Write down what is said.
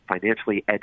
financially